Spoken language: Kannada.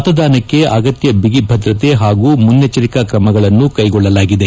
ಮತದಾನಕ್ಕೆ ಅಗತ್ಯ ಬಿಗಿ ಭದ್ರತೆ ಹಾಗೂ ಮುನ್ನೆಚ್ಚರಿಕಾ ಕ್ರಮಗಳನ್ನು ಕೈಗೊಳ್ಳಲಾಗಿದೆ